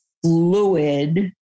fluid